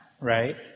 right